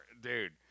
Dude